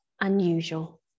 unusual